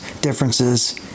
differences